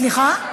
סליחה?